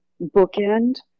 bookend